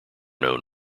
known